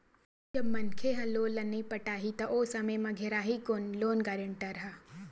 जब मनखे ह लोन ल नइ पटाही त ओ समे म घेराही कोन लोन गारेंटर ह